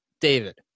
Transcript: David